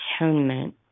atonement